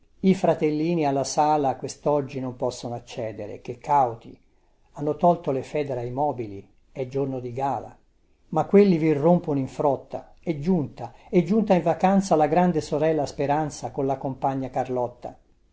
i fratellini alla sala questoggi non possono accedere che cauti hanno tolte le federe ai mobili è giorno di gala ma quelli virrompono in frotta è giunta è giunta in vacanza la grande sorella speranza con la compagna carlotta